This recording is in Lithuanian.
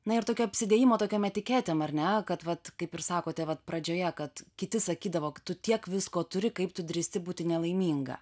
na ir tokio apsidėjimo tokiom etiketėm ar ne kad vat kaip ir sakote vat pradžioje kad kiti sakydavo tu tiek visko turi kaip tu drįsti būti nelaiminga